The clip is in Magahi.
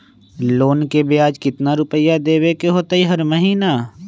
लोन के ब्याज कितना रुपैया देबे के होतइ हर महिना?